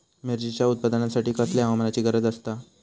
मिरचीच्या उत्पादनासाठी कसल्या हवामानाची गरज आसता?